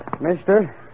Mister